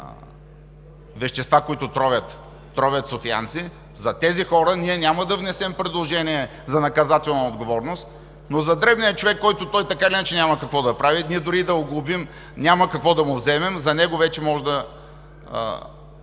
вещества, които тровят софиянци – за тези хора ние няма да внесем предложение за наказателна отговорност, но за дребния човек, който така или иначе няма какво да прави и дори да го глобим, няма какво да му вземем, тоест за него вече може да